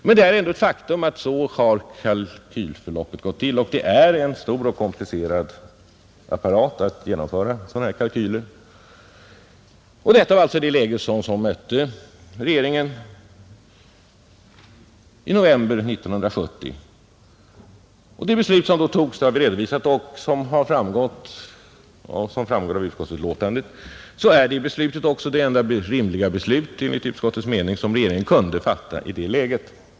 Men det är ändå ett faktum att så har kalkylförloppet varit, och det är en stor och komplicerad apparat att genomföra sådana här kalkyler. Detta var det läge som mötte regeringen i november 1970. Det beslut som då togs har vi redovisat, och som framgår av utskottsbetänkandet är det också enligt utskottets mening det enda rimliga beslut som regeringen kunde fatta i det läget.